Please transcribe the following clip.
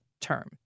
term